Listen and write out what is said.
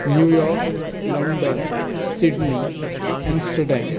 New York London Sydney Amsterdam